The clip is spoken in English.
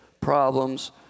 problems